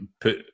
put